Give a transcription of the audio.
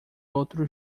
outro